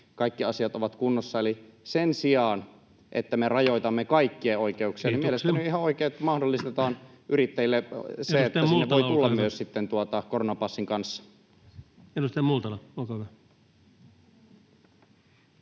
kaikki asiat ovat kunnossa. Eli sen sijaan, että me rajoitamme kaikkien oikeuksia, mielestäni on ihan oikein, [Puhemies: Kiitoksia!] että mahdollistetaan yrittäjille se, että sinne voi tulla myös koronapassin kanssa. Edustaja Multala, olkaa hyvä.